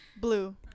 Blue